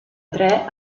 tre